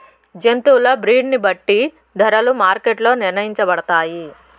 జంతువుల బ్రీడ్ ని బట్టి వాటి ధరలు మార్కెట్ లో నిర్ణయించబడతాయి